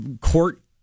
court